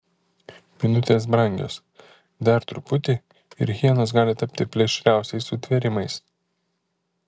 minutės brangios dar truputį ir hienos gali tapti plėšriausiais sutvėrimais